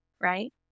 right